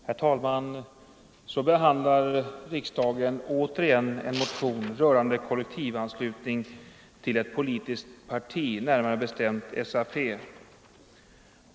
Herr talman! Så behandlar riksdagen återigen en motion rörande kollektivanslutning till ett politiskt parti, närmare bestämt SAP.